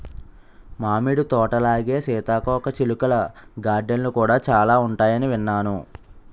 మామిడి తోటలాగే సీతాకోకచిలుకల గార్డెన్లు కూడా చాలా ఉంటాయని విన్నాను